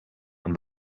and